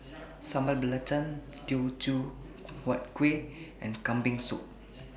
Sambal Belacan Teochew Huat Kueh and Kambing Soup